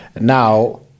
Now